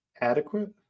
adequate